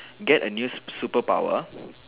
get a new superpower